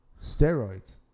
steroids